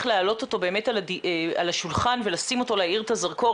להעלות אותו באמת על השולחן ולהאיר את הזרקור.